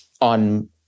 on